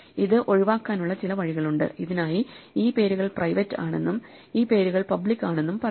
ഇത് ഒഴിവാക്കാനുള്ള ചില വഴികളുണ്ട് ഇതിനായി ഈ പേരുകൾ പ്രൈവറ്റ് ആണെന്നും ഈ പേരുകൾ പബ്ലിക് ആണെന്നും പറയുക